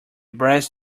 brass